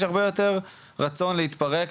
יש הרבה יותר רצון להתפרק,